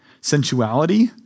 sensuality